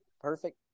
perfect